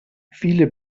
viele